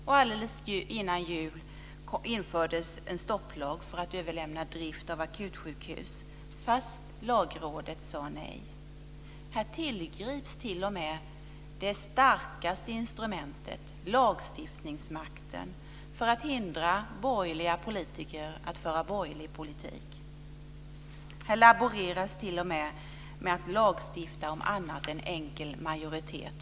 Alldeles innan jul infördes en stopplag för att överlämna drift av akutsjukhus fast Lagrådet sade nej. Här tillgrips t.o.m. det starkaste instrumentet, lagstiftningsmakten, för att hindra borgerliga politiker att föra borgerlig politik. Här laboreras t.o.m. med att lagstifta om annat än om enkel majoritet.